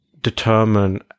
determine